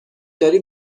داری